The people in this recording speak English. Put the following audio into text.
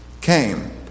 came